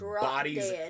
bodies